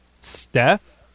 Steph